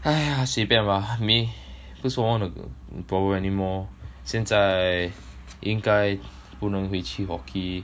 !haiya! 随便 lah I mean 不是我 wanna problem anymore 现在应该不能回去 hockey